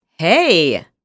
Hey